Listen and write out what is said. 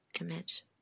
image